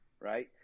right